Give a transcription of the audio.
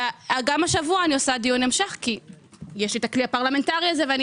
גם השבוע אני עושה דיון המשך כי יש הכלי הפרלמנטרי הזה ואני